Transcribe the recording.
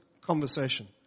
conversation